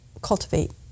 cultivate